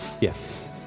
Yes